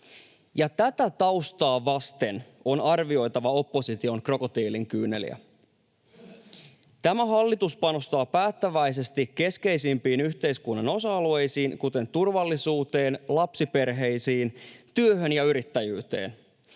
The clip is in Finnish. Tätä taustaa vasten on arvioitava opposition krokotiilin kyyneliä. Tämä hallitus panostaa päättäväisesti keskeisimpiin yhteiskunnan osa-alueisiin, kuten turvallisuuteen, lapsiperheisiin, työhön ja yrittäjyyteen.